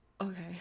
Okay